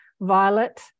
Violet